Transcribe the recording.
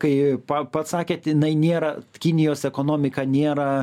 kai pa pats sakėt jinai nėra kinijos ekonomika nėra